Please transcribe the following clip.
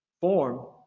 form